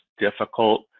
difficult